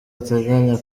adateganya